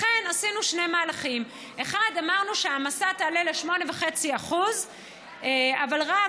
לכן עשינו שני מהלכים: אמרנו שההעמסה תעלה ל-,8.5% אבל רק